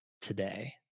today